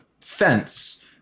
fence